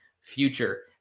future